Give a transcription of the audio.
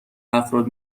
افراد